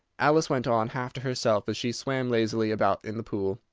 alice went on, half to herself, as she swam lazily about in the pool,